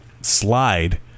slide